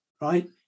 right